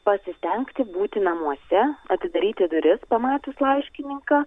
pasistengti būti namuose atidaryti duris pamačius laiškininką